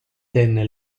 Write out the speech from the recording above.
tenne